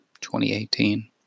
2018